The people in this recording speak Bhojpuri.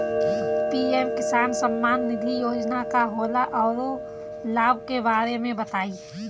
पी.एम किसान सम्मान निधि योजना का होला औरो लाभ के बारे में बताई?